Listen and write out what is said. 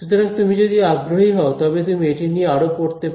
সুতরাং তুমি যদি আগ্রহী হও তবে তুমি এটি নিয়ে আরও পড়তে পার